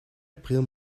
april